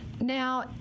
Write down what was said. Now